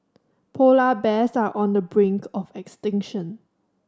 polar bears are on the brink of extinction